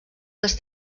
les